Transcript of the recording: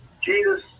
Jesus